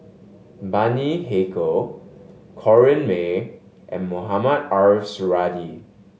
Bani Haykal Corrinne May and Mohamed Ariff Suradi